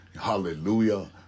hallelujah